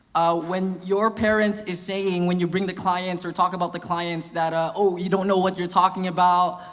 when your parents is saying when you bring the clients or talk about the clients that, ah oh you don't know what you're talking about,